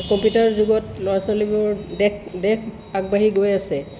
কম্পিটাৰৰ যুগত ল'ৰা ছোৱালীবোৰ দেশ দেশ আগবাঢ়ি গৈ আছে